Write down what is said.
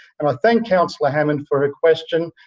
and i thank councillor hammond for her question,